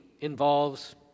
involves